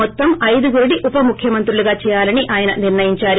మొత్తం అయిదుగురిని ఉప ముఖ్యమంత్రులుగా చేయాలని నిర్ణయించారు